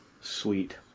Sweet